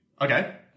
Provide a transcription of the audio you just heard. Okay